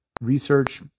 research